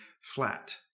flat